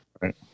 Right